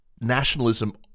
nationalism